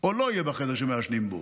או לא יהיה בחדר שמעשנים בו,